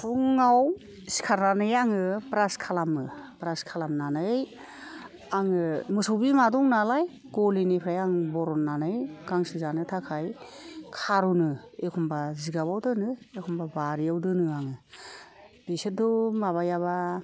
फुङाव सिखारनानै आङो ब्रास खालामो ब्रास खालामनानै आङो मोसौ बिमा दं नालाय गलिनिफ्राय आङो बरननानै गांसो जानो थाखाय खार'नो एखनब्ला जिगाबाव दोनो एखनब्ला बारियाव दोनो आं बिसोरथ' माबायाबा